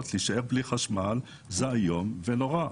להישאר בלי חשמל זה פשוט איום ונורא.